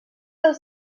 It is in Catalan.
del